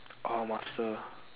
ah master